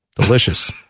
Delicious